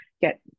get